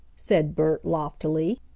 said bert loftily.